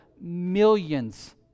millions